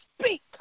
speak